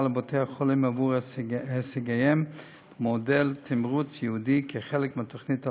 לבתי-החולים עבור הישגיהם במודל תמרוץ ייעודי כחלק מהתוכנית הלאומית.